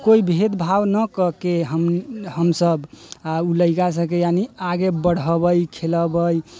कोइ भेद भाव नहि कऽके हमसब आ उ लड़िका सबके यानि आगे बढ़ऽबै खेलऽबै